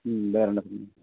ம் வேறு என்ன